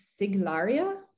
Siglaria